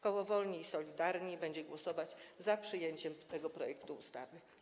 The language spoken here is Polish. Koło Wolni i Solidarni będzie głosować za przyjęciem tego projektu ustawy.